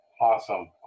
Awesome